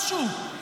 משהו?